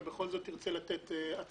אבל בכל זאת אני רוצה לתת הצעה.